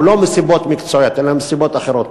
הוא לא מסיבות מקצועיות אלא מסיבות אחרות.